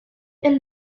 and